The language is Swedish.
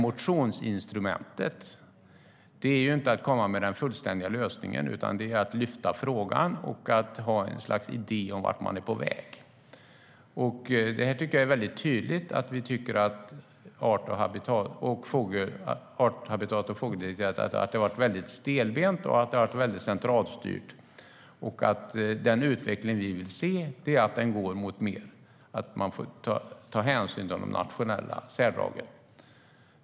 Motionsinstrumentet innebär inte att man kommer med fullständiga lösningar, utan man lyfter upp frågan och har ett slags idé om vart man är på väg. Det är mycket tydligt att vi tycker att art, habitat och fågeldirektivet har varit stelbent och centralstyrt. Den utveckling vi vill se är att det tas hänsyn till de nationella särdragen.